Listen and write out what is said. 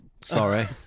sorry